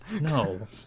no